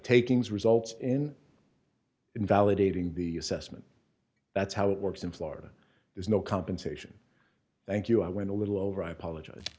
takings result in invalidating the assessment that's how it works in florida there's no compensation thank you i went a little over i apologize